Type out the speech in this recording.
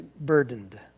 burdened